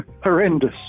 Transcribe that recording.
horrendous